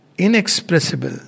inexpressible